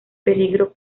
peligro